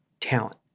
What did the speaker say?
talent